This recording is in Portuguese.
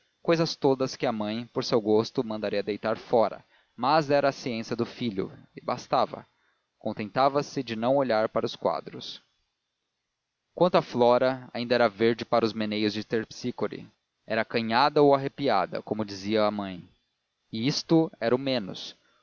cousas todas que a mãe por seu gosto mandaria deitar fora mas era a ciência do filho e bastava contentava-se de não olhar para os quadros quanto a flora ainda verde para os meneios de terpsícore era acanhada ou arrepiada como dizia a mãe e isto era o menos